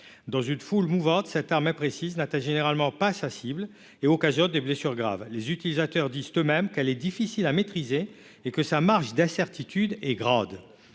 Dans une foule mouvante, cette arme imprécise n'atteint généralement pas sa cible et occasionne des blessures graves. Les utilisateurs disent eux-mêmes qu'elle est difficile à maîtriser et que sa marge d'incertitude est grande.